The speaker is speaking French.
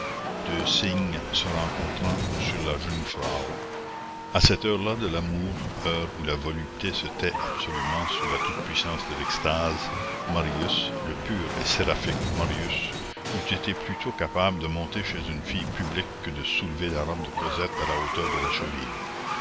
deux cygnes se rencontrant sur la jungfrau à cette heure-là de l'amour heure où la volupté se tait absolument sous la toute-puissance de l'extase marius le pur et séraphique marius eût été plutôt capable de monter chez une fille publique que de soulever la robe de cosette à la hauteur de la cheville